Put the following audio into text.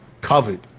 covered